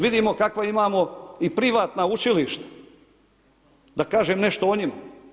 Vidimo kakva imamo i privatna učilišta da kažem nešto o njima.